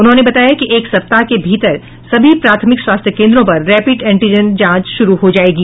उन्होंने बताया कि एक सप्ताह के भीतर सभी प्राथमिक स्वास्थ्य केन्द्रों पर रैपिड एंटीजन जांच शुरू हो जायेगी